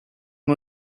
uno